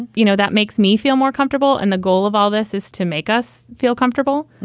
you know, that makes me feel more comfortable. and the goal of all this is to make us feel comfortable.